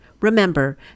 Remember